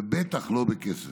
בטח לא בכסף.